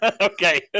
Okay